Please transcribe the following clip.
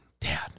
Dad